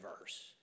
verse